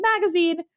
magazine